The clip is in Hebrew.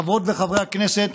חברות וחברי הכנסת,